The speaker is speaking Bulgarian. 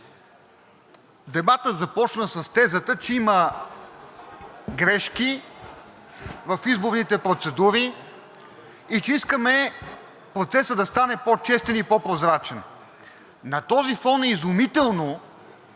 Дебатът започна с тезата, че има грешки в изборните процедури и че искаме процесът да стане по-честен и по-прозрачен. На този фон е изумително,